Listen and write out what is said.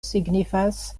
signifas